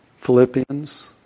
Philippians